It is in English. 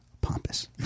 pompous